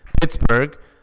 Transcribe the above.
Pittsburgh